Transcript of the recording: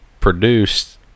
produced